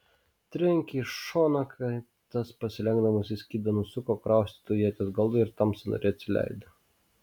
trenkė į šoną kai tas pasilenkdamas skydą nusuko kaustytu ieties galu ir tam sąnariai atsileido